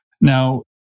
Now